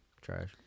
trash